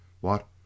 What